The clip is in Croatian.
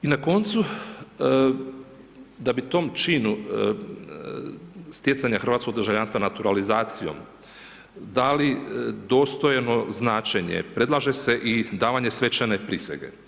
I na koncu da bi tom činu stjecanja hrvatskog državljanstva, naturalizacijom dali dostojno značenje predlaže se i davanje svečane prisege.